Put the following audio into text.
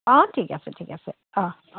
অ ঠিক আছে ঠিক আছে অ অ